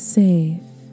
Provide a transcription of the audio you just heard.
safe